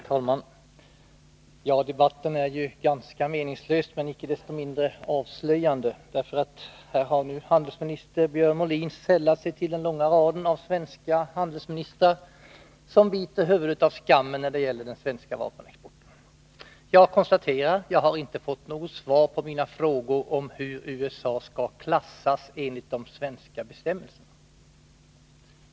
Herr talman! Debatten är ju ganska meningslös, men icke desto mindre avslöjande. Handelsminister Björn Molin har nu sällat sig till den långa raden av svenska handelsministrar som biter huvudet av skammen när det gäller den svenska vapenexporten. Jag konstaterar att jag inte fått något svar på mina frågor om hur USA skall klassas enligt de svenska bestämmelserna.